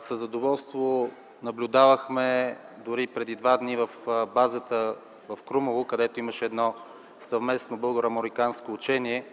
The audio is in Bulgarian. Със задоволство наблюдавахме дори преди два дни в базата в Крумово, където имаше съвместно българо-американско учение,